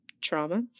trauma